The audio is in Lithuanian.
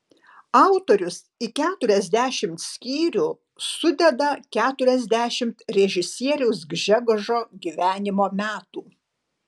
autorius į keturiasdešimt skyrių sudeda keturiasdešimt režisieriaus gžegožo gyvenimo metų